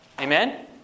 Amen